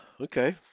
Okay